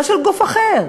לא של גוף אחר,